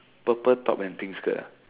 purple top and pink skirt ah